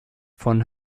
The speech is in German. von